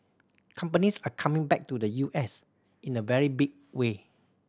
companies are coming back to the U S in a very big way